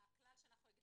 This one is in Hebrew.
לכן פרט